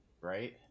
right